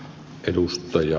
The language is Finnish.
arvoisa puhemies